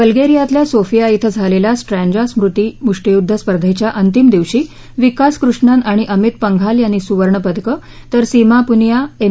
बल्गेरियातल्या Sofia श्वं झालेल्या Strandzha स्मृती मुष्टीयुद्ध स्पर्धेच्या अंतिम दिवशी विकास कृष्णन आणि अमित पंघाल यांनी सूवर्ण पदकं तर सीमा पुनीया एम